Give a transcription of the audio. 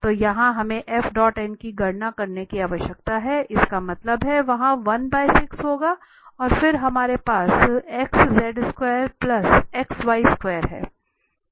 तो यहां हमें की गणना करने की आवश्यकता है इसका मतलब है वहाँ 1 6 होगा और फिर हमारे पास है